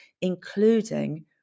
including